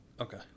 Okay